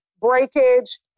breakage